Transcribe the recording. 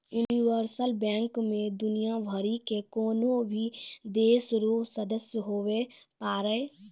universal bank मे दुनियाँ भरि के कोन्हो भी देश रो सदस्य हुवै पारै